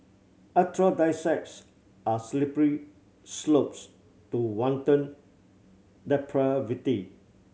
aphrodisiacs are slippery slopes to wanton depravity